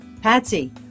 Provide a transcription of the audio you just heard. Patsy